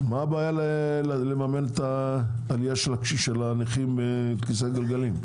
הבעיה לממן את העלייה של הנכים בכיסא גלגלים?